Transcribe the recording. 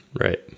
right